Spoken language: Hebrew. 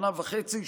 שנה וחצי,